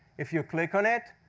if you click on it,